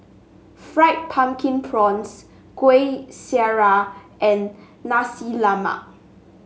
Fried Pumpkin Prawns Kuih Syara and Nasi Lemak